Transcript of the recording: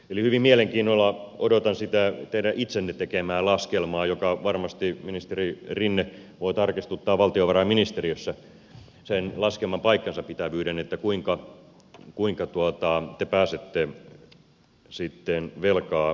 eli hyvin mielenkiinnolla odotan sitä teidän itsenne tekemää laskelmaa varmasti ministeri rinne voi tarkistuttaa valtiovarainministeriössä sen laskelman paikkansapitävyyden että kuinka te pääsette sitten velkaa taittamaan